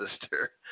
sister